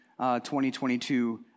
2022